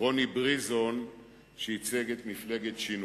רוני בריזון שייצג את מפלגת שינוי.